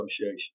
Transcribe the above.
Association